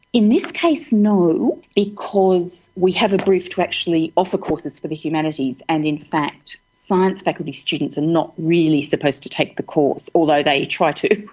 in this case, no because we have a brief to actually offer courses for the humanities, and in fact science faculty students are not really supposed to take the course, although they try to.